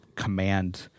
command